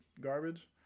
garbage